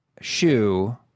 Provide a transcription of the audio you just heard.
shoe